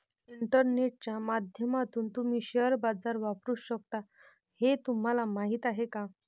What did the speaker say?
इंटरनेटच्या माध्यमातून तुम्ही शेअर बाजार वापरू शकता हे तुम्हाला माहीत आहे का?